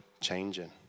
changing